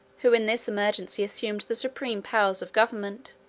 who in this emergency assumed the supreme powers of government,